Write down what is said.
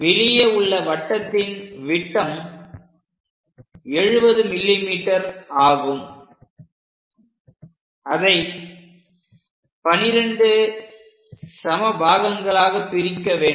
வெளியே உள்ள வட்டத்தின் விட்டம் 70 mm ஆகும் அதை 12 சம பாகங்களாக பிரிக்க வேண்டும்